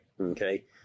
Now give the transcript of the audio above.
Okay